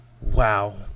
Wow